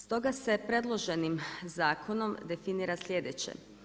Stoga se predloženim zakonom definira sljedeće.